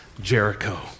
Jericho